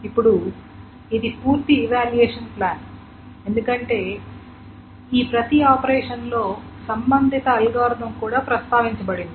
ఇప్పుడు ఇది పూర్తి ఇవాల్యూయేషన్ ప్లాన్ ఎందుకంటే ఈ ప్రతి ఆపరేషన్లో సంబంధిత అల్గోరిథం కూడా ప్రస్తావించబడింది